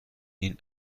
این